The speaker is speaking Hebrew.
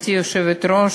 גברתי היושבת-ראש,